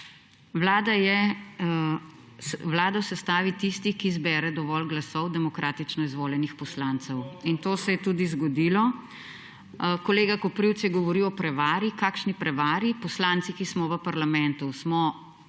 Vlado sestavi tisti, ki zbere dovolj glasov demokratično izvoljenih poslancev; in to se je tudi zgodilo. Kolega Koprivc je govoril o prevari. Kakšni prevari? Poslanci, ki smo v parlamentu, smo